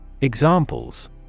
Examples